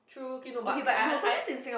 no K no but K I I